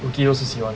rookie 都是喜欢